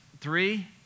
three